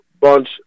bunch